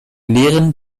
lehren